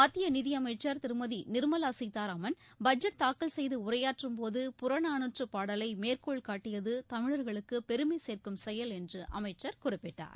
மத்திய நிதியமைச்சர் திருமதி நிர்மலா சீதாராமன் பட்ஜெட் தாக்கல் செய்து உரையாற்றும் போது புறநானூற்றுப் பாடலை மேற்கோள்காட்டியது தமிழர்களுக்கு பெருமை சேர்க்கும் செயல் என்று அமைச்சர் குறிப்பிட்டார்